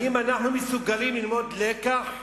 האם אנחנו מסוגלים ללמוד לקח,